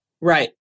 Right